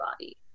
body